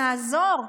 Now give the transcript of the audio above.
נעזור.